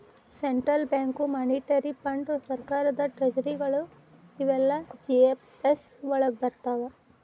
central bank, monetary ಫಂಡ್.ಸರ್ಕಾರದ್ ಟ್ರೆಜರಿಗಳು ಇವೆಲ್ಲಾ ಜಿ.ಎಫ್.ಎಸ್ ವಳಗ್ ಬರ್ರ್ತಾವ